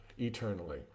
eternally